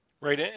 Right